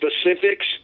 specifics